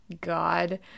God